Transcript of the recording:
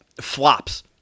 flops